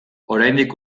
oraindik